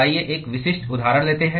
आइए एक विशिष्ट उदाहरण लेते हैं